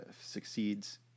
succeeds